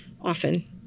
often